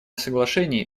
соглашений